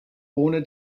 ohne